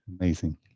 amazing